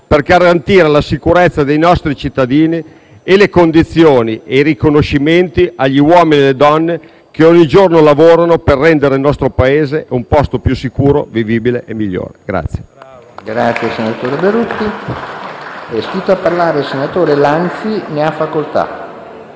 per garantire la sicurezza dei nostri cittadini e le condizioni e i riconoscimenti agli uomini e alle donne che ogni giorno lavorano per rendere il nostro Paese un posto più sicuro, vivibile e migliore. *(Applausi dal Gruppo FI-BP)*. PRESIDENTE. È iscritto a parlare il senatore Lanzi. Ne ha facoltà.